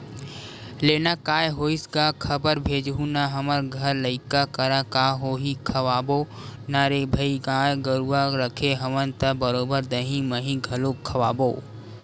लेना काय होइस गा खबर भेजहूँ ना हमर घर लइका करा का होही खवाबो ना रे भई गाय गरुवा रखे हवन त बरोबर दहीं मही घलोक खवाबो